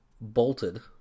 bolted